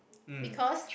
because